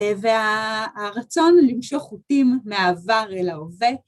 ‫והרצון למשוך חוטים מהעבר אל ההווה.